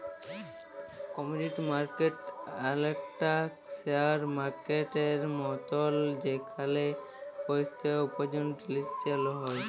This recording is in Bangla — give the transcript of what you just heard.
কমডিটি মার্কেট অলেকটা শেয়ার মার্কেটের মতল যেখালে পেরাকিতিক উপার্জলের টেরেডিং হ্যয়